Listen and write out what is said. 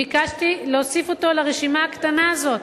ביקשתי להוסיף אותו לרשימה הקטנה הזאת.